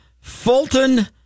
Fulton